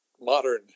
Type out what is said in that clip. modern